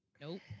Nope